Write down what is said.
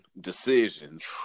decisions